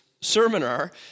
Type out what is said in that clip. seminar